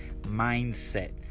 mindset